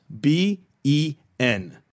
B-E-N